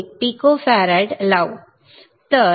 01 pico farad लावू